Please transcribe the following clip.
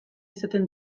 izaten